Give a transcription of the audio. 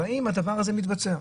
האם הדבר הזה מתבצע?